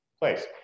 place